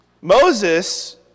Moses